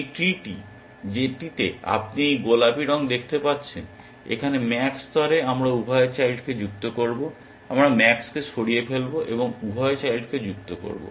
এই ট্রি টি যেটিতে আপনি এই গোলাপী রঙ দেখতে পাচ্ছেন এখানে ম্যাক্স স্তরে আমরা উভয় চাইল্ডকে যুক্ত করব আমরা ম্যাক্সকে সরিয়ে ফেলব এবং উভয় চাইল্ডকে যুক্ত করব